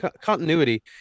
continuity